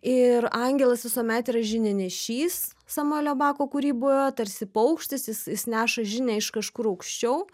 ir angelas visuomet yra žinianešys samuelio bako kūryboje tarsi paukštis jis jis neša žinią iš kažkur aukščiau